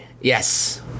Yes